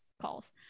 calls